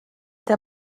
der